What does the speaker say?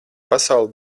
pasaule